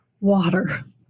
water